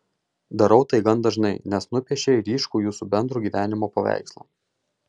darau tai gan dažnai nes nupiešei ryškų jūsų bendro gyvenimo paveikslą